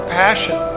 passion